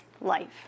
life